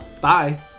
Bye